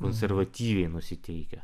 konservatyviai nusiteikę